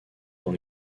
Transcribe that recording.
dans